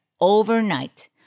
overnight